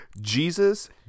Jesus